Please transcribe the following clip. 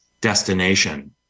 destination